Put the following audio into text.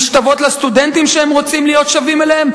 להשתוות לסטודנטים שהם רוצים להיות שווים אליהם,